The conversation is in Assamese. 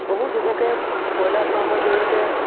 বহু যুৱকে ব্ৰইলাৰ ফাৰ্মৰ জৰিয়তে